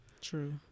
True